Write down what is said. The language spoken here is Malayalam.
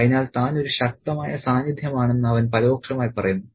അതിനാൽ താൻ ഒരു ശക്തമായ സാന്നിധ്യമാണെന്ന് അവൻ പരോക്ഷമായി പറയുന്നു